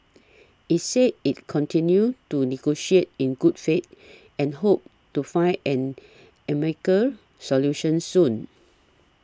it said it continued to negotiate in good faith and hoped to find an amicable solution soon